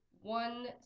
one